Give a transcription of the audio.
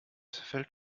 fällt